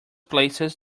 places